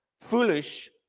foolish